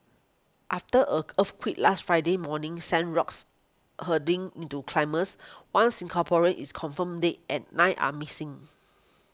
after a earthquake last Friday morning sent rocks hurtling into climbers one Singaporean is confirmed dead and nine are missing